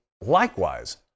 likewise